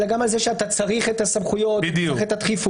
אלא גם על זה שאתה צריך את הסמכויות וצריך את הדחיפות.